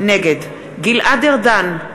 נגד גלעד ארדן,